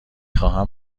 خواهم